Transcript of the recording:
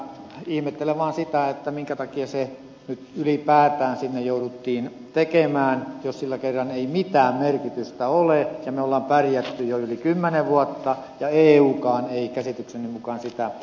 ihmettelen vaan sitä minkä takia se nyt ylipäätään sinne jouduttiin tekemään jos sillä kerran ei mitään merkitystä ole ja me olemme pärjänneet jo yli kymmenen vuotta ja eukaan ei käsitykseni mukaan sitä edellytä